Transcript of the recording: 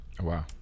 Wow